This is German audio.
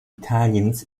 italiens